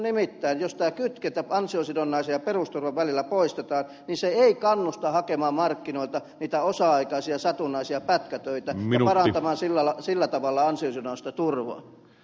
nimittäin jos tämä kytkentä ansiosidonnaisen ja perusturvan välillä poistetaan se ei kannusta hakemaan markkinoilta niitä osa aikaisia satunnaisia pätkätöitä ja parantamaan sillä tavalla ansiosidonnaista turvaa